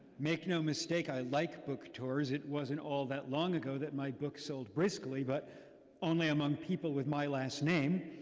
make no mistake, i like book tours. it wasn't all that long ago that my sold briskly. but only among people with my last name.